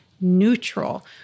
neutral